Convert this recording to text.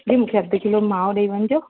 जी मूंखे अधि किलो मावो ॾई वञिजो